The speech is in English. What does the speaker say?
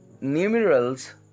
numerals